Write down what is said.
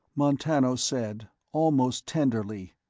montano said, almost tenderly,